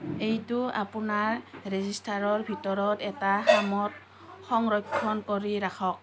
এইটো আপোনাৰ ৰেজিষ্টাৰৰ ভিতৰত এটা খামত সংৰক্ষণ কৰি ৰাখক